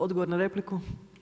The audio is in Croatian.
Odgovor na repliku.